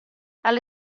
alle